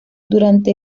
durante